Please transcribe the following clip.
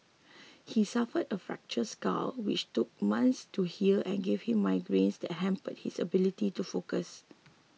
he suffered a fractured skull which took months to heal and gave him migraines that hampered his ability to focus